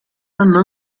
hanno